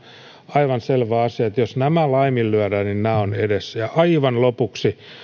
aivan selvä asia että jos nämä laiminlyödään niin nämä ovat edessä aivan lopuksi